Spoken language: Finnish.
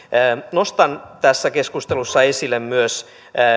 nostan tässä keskustelussa esille myös